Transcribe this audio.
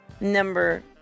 Number